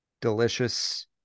delicious